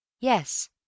Yes